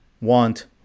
want